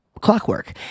clockwork